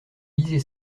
lisez